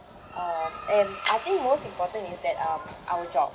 um and I think most important is that um our job